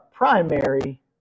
primary